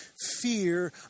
fear